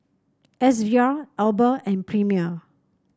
S V R Alba and Premier